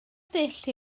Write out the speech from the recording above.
ddull